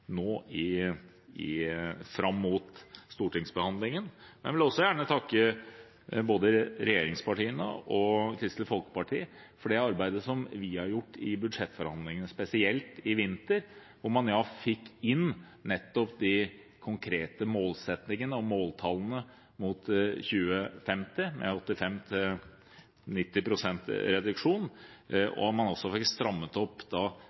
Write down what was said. nå fram mot stortingsbehandlingen, men jeg vil også gjerne takke både regjeringspartiene og Kristelig Folkeparti for det arbeidet som vi har gjort i budsjettforhandlingene, spesielt i vinter, hvor man fikk inn nettopp de konkrete målsettingene og måltallene mot 2050 – med 85–90 pst. reduksjon – og hvor man fikk strammet opp